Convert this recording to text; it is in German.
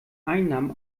einnahmen